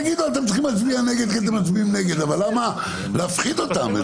תגידו אתם צריכים להצביע נגד כי אתם מצביעים נגד אבל למה להפחיד אותם?